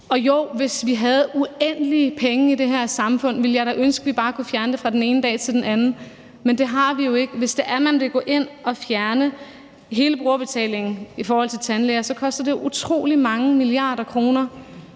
Og jo, hvis vi havde uendelige penge i det her samfund, ville jeg da ønske, vi bare kunne fjerne det fra den ene dag til den anden, men det har vi jo ikke. Hvis man vil gå ind og fjerne hele brugerbetalingen i forhold til tandlæger, koster det utrolig mange milliarder kroner,